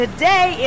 Today